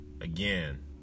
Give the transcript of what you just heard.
again